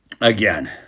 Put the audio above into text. again